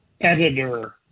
editor